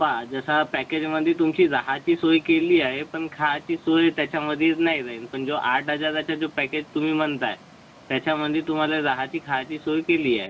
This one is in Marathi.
पहा जसा पॅकेजमंदी तुमची राहायची सोय केली आहे पण खायची सोय त्याच्यामध्ये नाही राहील पण जो आठ हजाराचा जो पॅकेज तुम्ही म्हणत आहे त्याच्यामंदी तुम्हाला राहायची खायची सोय केली आहे